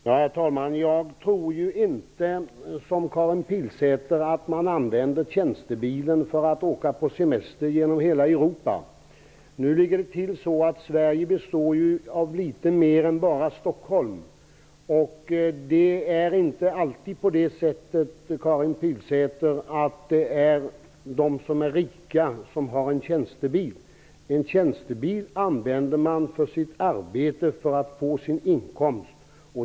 Herr talman! Jag tror inte, som Karin Pilsäter, att man använder tjänstebilen för att åka på semester genom hela Europa. Nu ligger det till så att Sverige består av litet mer än bara Stockholm. Det är inte alltid de rika som har en tjänstebil, Karin Pilsäter. En tjänstebil använder man för sitt arbete, för att få sin inkomst.